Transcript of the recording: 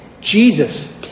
Jesus